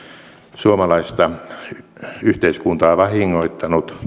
suomalaista yhteiskuntaa vahingoittanut